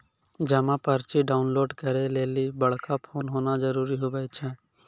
जमा पर्ची डाउनलोड करे लेली बड़का फोन होना जरूरी हुवै छै